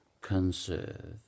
conserve